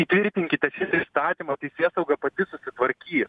įtvirtinkite įstatymą teisėsauga pati susitvarkys